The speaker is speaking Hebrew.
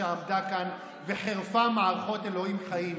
שעמדה כאן וחירפה מערכות אלוקים חיים.